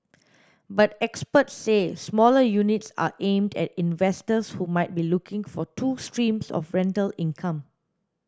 but experts say smaller units are aimed at investors who might be looking for two streams of rental income